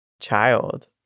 child